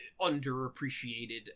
underappreciated